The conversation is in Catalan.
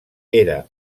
era